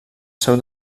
seu